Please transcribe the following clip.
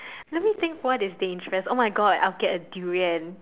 let me think what is dangerous !oh-my-God! I would get a durian